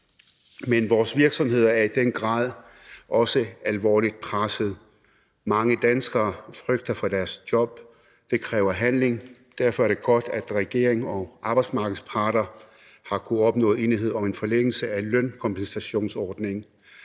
men vores virksomheder er også i den grad alvorligt presset. Mange danskere frygter for deres job, og det kræver handling. Og derfor er det godt, at regeringen og arbejdsmarkedets parter har kunnet opnå enighed om en forlængelse af lønkompensationsordningen,